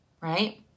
right